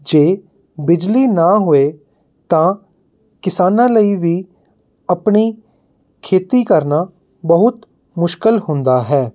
ਜੇ ਬਿਜਲੀ ਨਾ ਹੋਵੇ ਤਾਂ ਕਿਸਾਨਾਂ ਲਈ ਵੀ ਆਪਣੀ ਖੇਤੀ ਕਰਨਾ ਬਹੁਤ ਮੁਸ਼ਕਿਲ ਹੁੰਦਾ ਹੈ